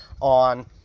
on